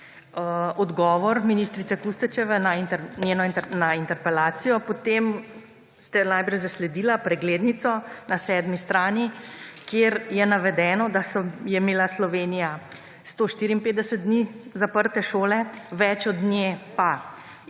odgovor ministrice Kustec na interpelacijo, potem ste najbrž zasledili preglednico na sedmi strani, kjer je navedeno, da je imela Slovenija 154 dni zaprte šole, več od nje pa